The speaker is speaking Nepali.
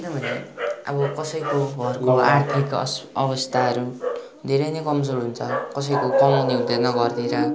किनभने अब कसैको घरको आर्थिक अस् अवस्थाहरू धेरै नै कमजोर हुन्छ कसैको कमाउने हुँदैन घरतिर